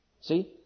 See